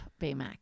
Baymax